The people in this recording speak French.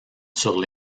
sur